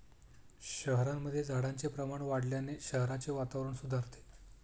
शहरांमध्ये झाडांचे प्रमाण वाढवल्याने शहराचे वातावरण सुधारते